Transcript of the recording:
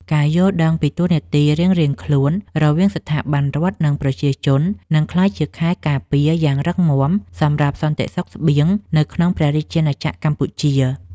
ការយល់ដឹងពីតួនាទីរៀងៗខ្លួនរវាងស្ថាប័នរដ្ឋ និងប្រជាជននឹងក្លាយជាខែលការពារយ៉ាងរឹងមាំសម្រាប់សន្តិសុខស្បៀងនៅក្នុងព្រះរាជាណាចក្រកម្ពុជា។